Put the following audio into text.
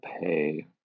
Pay